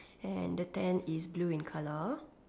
and the tent is blue in colour